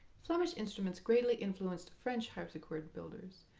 flemish instruments greatly influenced french harpsichord builders,